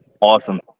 Awesome